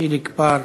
חיליק בר,